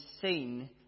seen